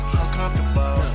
uncomfortable